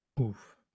Oof